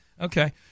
okay